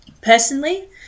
Personally